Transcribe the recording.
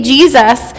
Jesus